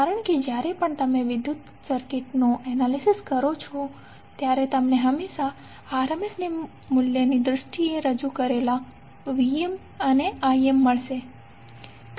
કારણ કે જ્યારે પણ તમે ઇલેક્ટ્રિક સર્કિટનું એનાલિસિસ કરો છો ત્યારે તમને હંમેશા RMS મૂલ્યના રૂપમાં રજૂ કરેલા Vm અને Im મળશે